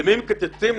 למי מקצצים?